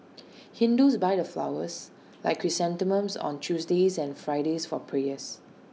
Hindus buy the flowers like chrysanthemums on Tuesdays and Fridays for prayers